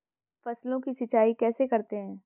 फसलों की सिंचाई कैसे करते हैं?